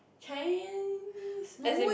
Chinese as in